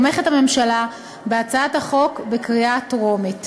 תומכת הממשלה בהצעת החוק בקריאה טרומית.